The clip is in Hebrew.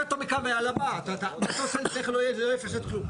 מה שאתה עושה לא יפשט כלום.